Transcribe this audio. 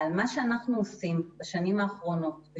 בשנים האחרונות אנחנו מייצרים,